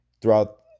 throughout